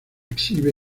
exhibe